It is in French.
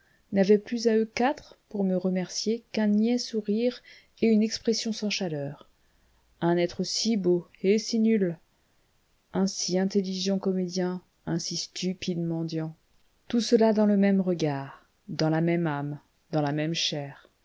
n'avaient plus à eux quatre pour me remercier qu'un niais sourire et une expression sans chaleur un être si beau et si nul un si intelligent comédien un si stupide mendiant tout cela dans le même regard dans la même âme dans la même chair